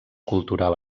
cultural